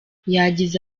yagize